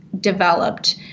developed